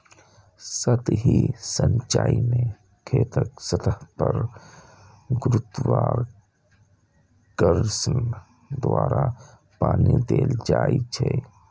सतही सिंचाइ मे खेतक सतह पर गुरुत्वाकर्षण द्वारा पानि देल जाइ छै